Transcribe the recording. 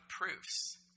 proofs